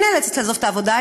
היא נאלצת לעזוב את העבודה,